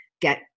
get